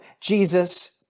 Jesus